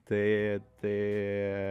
tai tai